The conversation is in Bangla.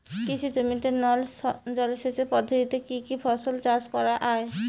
কৃষি জমিতে নল জলসেচ পদ্ধতিতে কী কী ফসল চাষ করা য়ায়?